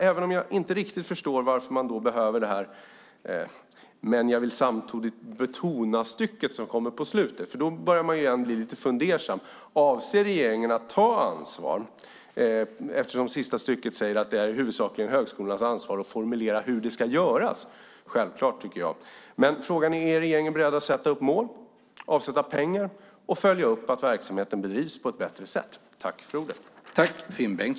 Jag förstår inte riktigt varför man behöver skriva det som står i meningen som börjar "men jag vill samtidigt betona" i slutet av svaret. Jag blir lite fundersam: Avser regeringen att ta ansvar? I det sista stycket står det att det huvudsakligen är högskolornas ansvar att formulera hur det ska göras. Det är självklart, tycker jag. Frågan är: Är regeringen beredd att sätta upp mål, avsätta pengar och följa upp att verksamheten bedrivs på ett bättre sätt?